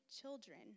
children